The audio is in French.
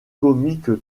comique